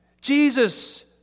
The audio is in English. Jesus